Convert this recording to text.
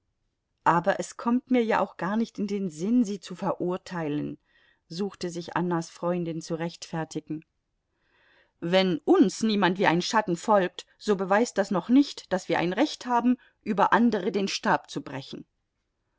aber es kommt mir ja auch gar nicht in den sinn sie zu verurteilen suchte sich annas freundin zu rechtfertigen wenn uns niemand wie ein schatten folgt so beweist das noch nicht daß wir ein recht haben über andere den stab zu brechen